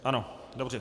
Ano, dobře.